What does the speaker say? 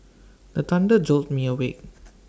the thunder jolt me awake